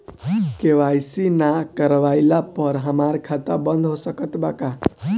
KYC ना करवाइला पर हमार खाता बंद हो सकत बा का?